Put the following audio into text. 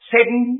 Seven